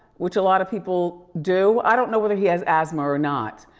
which a lot of people do. i don't know whether he has asthma or not.